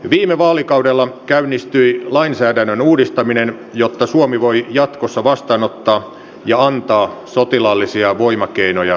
viime vaalikaudella käynnistyi lainsäädännön uudistaminen jotta suomi voi jatkossa vastaanottaa ja antaa sotilaallisia voimakeinoja sisältävää apua